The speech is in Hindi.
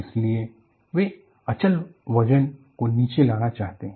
इसलिए वे अचल वजन को नीचे लाना चाहते हैं